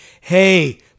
hey